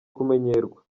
kumenyerwa